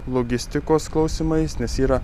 logistikos klausimais nes yra